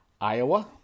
Iowa